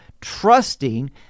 trusting